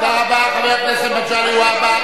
תודה רבה, חבר הכנסת מגלי והבה.